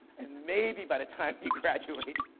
and maybe by the time you graduate,